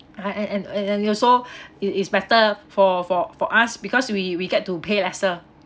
uh and and and and it also it is better for for for us because we we get to pay lesser